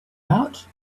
out